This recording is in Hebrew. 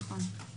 נכון.